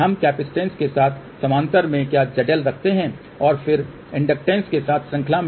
हम कैपेसिटेंस के साथ समानांतर में क्या zL रखते है और फिर इंडकटैंस के साथ श्रृंखला में